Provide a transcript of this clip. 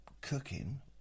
cooking